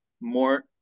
more